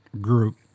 group